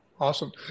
awesome